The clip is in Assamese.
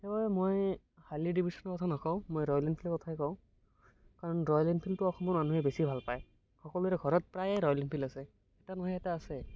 ত মই হাৰ্লি ডেভিকচনৰ কথা নকওঁ মই ৰয়েল এনফিল্ডৰ কথাই কওঁ কাৰণ ৰয়েল এনফিল্ডটো অসমৰ মানুহে এবছি ভাল পায় সকলোৰে ঘৰত প্ৰায়ে ৰয়েল এনফিল্ড আছে এটা নহয় এটা আছে